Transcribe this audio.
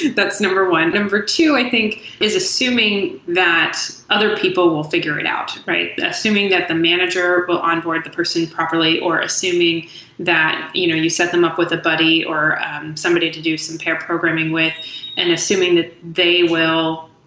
that's number one. number two i think is assuming that other people will figure it out. assuming that the manager will onboard the person properly or assuming that you know you set them up with a buddy or somebody to do some pair programming with and assuming that they will,